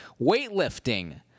Weightlifting